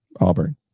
Auburn